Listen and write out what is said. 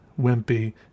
wimpy